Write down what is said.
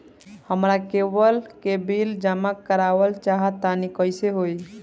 हमरा केबल के बिल जमा करावल चहा तनि कइसे होई?